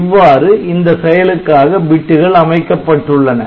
இவ்வாறு இந்த செயலுக்காக பிட்டுகள் அமைக்கப்பட்டுள்ளன